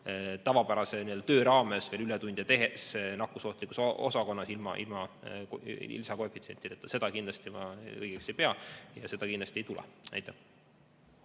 tavapärase töö raames ületunde tehes nakkusohtlikkus osakonnas ilma lisakoefitsientideta. Seda ma kindlasti õigeks ei pea ja seda kindlasti ei tule. Riho